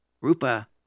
Rupa